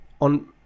on